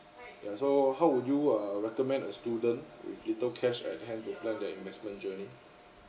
yeah so how would you uh recommend a student with little cash at hand to plan their investment journey